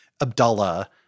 Abdullah-